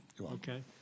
Okay